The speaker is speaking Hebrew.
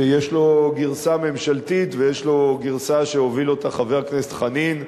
שיש לו גרסה ממשלתית ויש לו גרסה שהוביל אותה חבר הכנסת חנין,